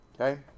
Okay